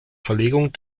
verlegung